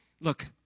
look